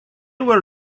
were